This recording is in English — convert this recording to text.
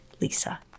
Lisa